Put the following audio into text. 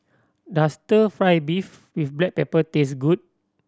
does Stir Fry beef with black pepper taste good